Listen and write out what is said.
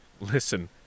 Listen